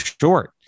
short